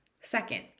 Second